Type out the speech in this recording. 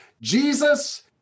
Jesus